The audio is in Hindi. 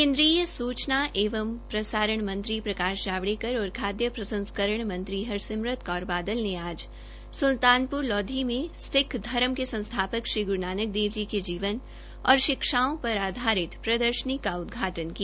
केन्द्रीय सूचना एवं प्रसाण मंत्री प्रकाश जावड़ेकर और खाय प्रसंस्करण मंत्री हरसिमरत कौर बादल ने आज सुल्तानपुर लौधी में सिक्ख धर्म के संस्थापक श्री ग्रू नानक देव जी के जीवन और शिक्षाओं पर आधारित प्रदर्शनी का उदघाटन किया